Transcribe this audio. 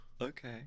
Okay